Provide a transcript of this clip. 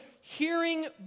hearing